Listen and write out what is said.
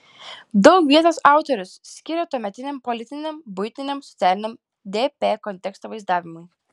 daug vietos autorius skiria tuometiniam politiniam buitiniam socialiniam dp konteksto vaizdavimui